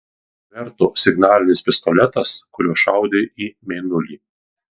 verto signalinis pistoletas kuriuo šaudė į mėnulį